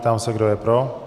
Ptám se, kdo je pro.